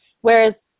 Whereas